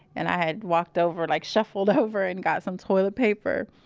and i had walked over, like shuffled over, and got some toilet paper,